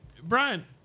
Brian